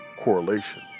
correlation